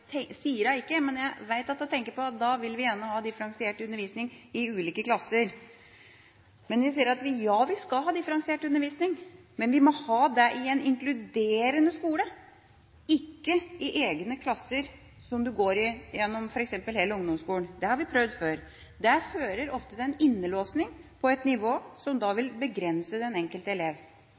sier hun det ikke, men jeg vet at hun da gjerne vil ha differensiert undervisning i ulike klasser. Ja, vi skal ha differensiert undervisning, men vi må ha det i en inkluderende skole – ikke i egne klasser f.eks. gjennom hele ungdomsskolen. Det har vi prøvd før. Det fører ofte til en innelåsning på ett nivå, som vil begrense den enkelte elev.